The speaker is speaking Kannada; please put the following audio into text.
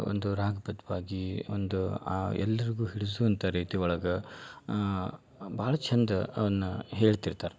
ಒಂದು ರಾಗ ಬದ್ವಾಗೀ ಒಂದು ಎಲ್ಲರಿಗೂ ಹಿಡಿಸುವಂಥ ರೀತಿ ಒಳಗೆ ಭಾಳ ಚಂದ ಅವನ್ನ ಹೇಳ್ತಿರ್ತಾರೆ